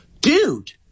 dude